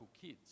kids